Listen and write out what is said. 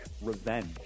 revenge